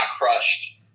crushed